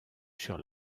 sur